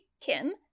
Kim